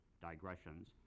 digressions